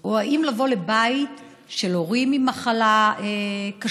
או אם לבוא לבית של הורים עם מחלה קשה,